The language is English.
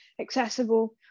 accessible